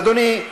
אדוני,